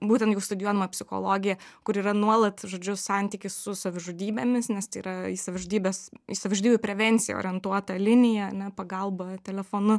būtent jeigu studijuodama psichologija kur yra nuolat žodžiu santykis su savižudybėmis nes tai yra į savižudybes į savižudybių prevenciją orientuota linija ane pagalba telefonu